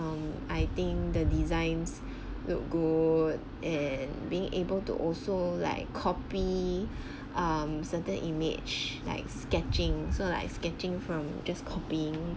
um I think the designs look good and being able to also like copy um certain image like sketching so like sketching from just copying